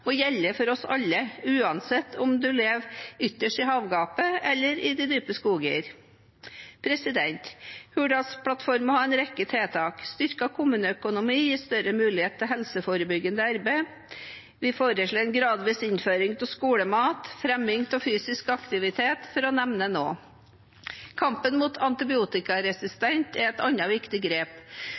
gjelde for oss alle uansett om man lever ytterst i havgapet eller i de dype skoger. Hurdalsplattformen har en rekke tiltak. Styrket kommuneøkonomi gir større mulighet til helseforebyggende arbeid. Vi foreslår en gradvis innføring av skolemat og fremming av fysisk aktivitet – for å nevne noe. Kampen mot antibiotikaresistens er et annet viktig grep,